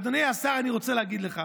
אדוני השר, אני רוצה להגיד לך,